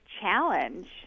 challenge